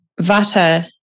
vata